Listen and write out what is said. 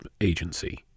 agency